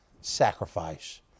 sacrifice